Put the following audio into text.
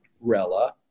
rella